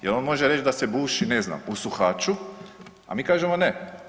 Jer on može reći da se buši ne znam u Suhaču, a mi kažemo ne.